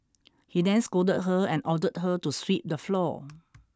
he then scolded her and ordered her to sweep the floor